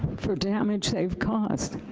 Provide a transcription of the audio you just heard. for damage they've caused?